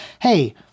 hey